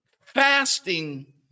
Fasting